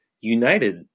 United